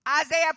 Isaiah